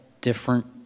different